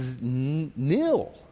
nil